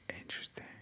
interesting